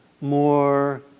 more